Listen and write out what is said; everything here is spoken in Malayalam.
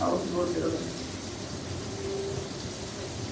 ഹൗസ് ബോട്ടുകൾ